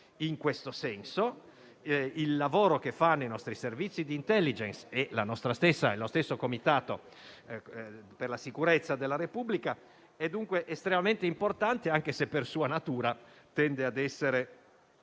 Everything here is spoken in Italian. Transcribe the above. in tal senso. Il lavoro che fanno i nostri Servizi di *intelligence* e lo stesso Comitato per la sicurezza della Repubblica è dunque estremamente importante, anche se per sua natura tende ad essere